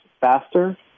faster